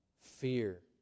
fear